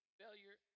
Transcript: failure